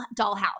dollhouse